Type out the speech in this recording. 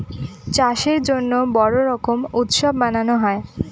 চাষের জন্য বড়ো রকম উৎসব মানানো হয়